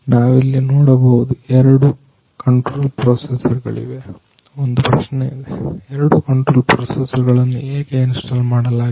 ನಾವಿಲ್ಲಿ ನೋಡಬಹುದು ಎರಡು ಕಂಟ್ರೋಲ್ ಪ್ರೋಸೆಸರ್ ಗಳಿವೆ ಒಂದು ಪ್ರಶ್ನೆ ಇದೆ ಎರಡು ಕಂಟ್ರೋಲರ್ ಪ್ರೋಸೆಸರ್ ಗಳನ್ನು ಏಕೆ ಇನ್ಸ್ಟಾಲ್ ಮಾಡಲಾಗಿದೆ